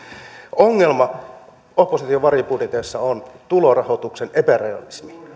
ongelma opposition varjobudjeteissa on tulorahoituksen epärealismi